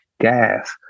gas